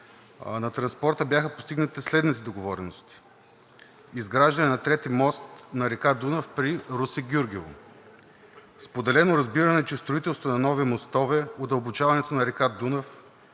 на транспорта бяха постигнати следните договорености: изграждане на трети мост на река Дунав при Русе – Гюргево, споделено разбиране, че строителство на нови мостове, удълбочаването на река Дунав,